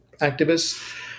activists